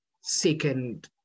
second